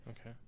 Okay